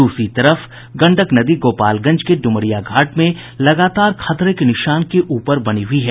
दूसरी तरफ गंडक नदी गोपालगंज के ड्मरिया घाट में लगातार खतरे के निशान के ऊपर बनी हयी है